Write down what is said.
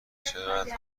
چقدر